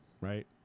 right